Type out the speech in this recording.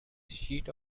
sheet